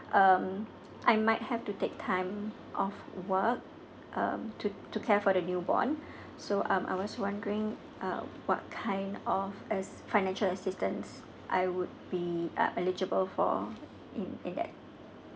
um I might have to take time off work um to care for the newborn so um I was wondering uh what kind of as uh financial assistance I would be uh eligible for mm in that